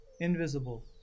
invisible